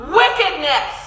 wickedness